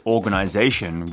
Organization